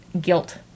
guilt